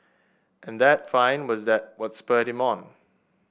and that find was that what spurred him on